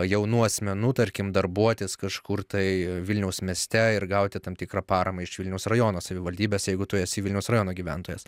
jaunų asmenų tarkim darbuotis kažkur tai vilniaus mieste ir gauti tam tikrą paramą iš vilniaus rajono savivaldybės jeigu tu esi vilniaus rajono gyventojas